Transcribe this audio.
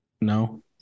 No